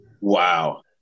Wow